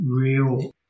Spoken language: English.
real